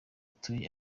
turi